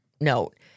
note